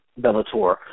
Bellator